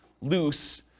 loose